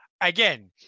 again